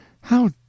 How